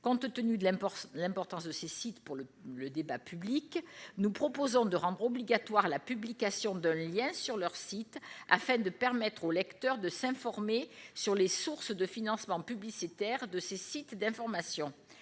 Compte tenu de l'importance de ces sites pour le débat public, nous proposons de rendre obligatoire la publication d'un lien sur leur site, afin de permettre au lecteur de s'informer sur les sources de financement publicitaire de ces sites d'information.